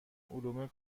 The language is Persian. علوم